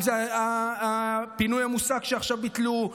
אם זה הפינוי המוסק שעכשיו ביטלו,